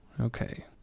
Okay